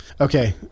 Okay